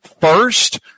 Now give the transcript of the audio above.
first